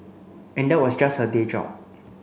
and that was just her day job